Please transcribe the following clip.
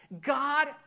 God